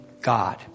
God